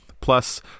Plus